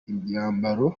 imyambaro